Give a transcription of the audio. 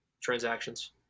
transactions